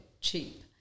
cheap